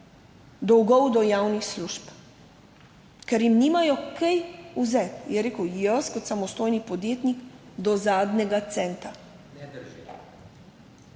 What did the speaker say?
dolgov do javnih služb, ker jim nimajo česa vzeti. Je rekel, jaz kot samostojni podjetnik do zadnjega centa